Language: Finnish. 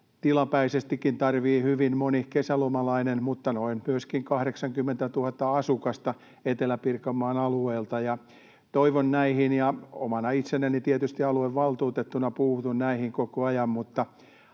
tilapäisestikin tarvitsee hyvin moni kesälomalainen mutta myöskin noin 80 000 asukasta Etelä-Pirkanmaan alueelta. Toivon näitä ihan omana itsenäni, ja tietysti aluevaltuutettuna puutun näihin koko ajan. Mutta